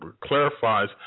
clarifies